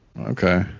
okay